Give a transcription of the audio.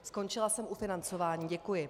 Skončila jsem u financování, děkuji.